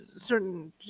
certain